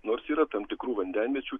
nors yra tam tikrų vandenviečių